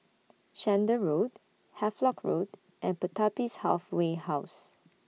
Chander Road Havelock Road and Pertapis Halfway House